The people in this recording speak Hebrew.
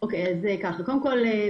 קודם כול,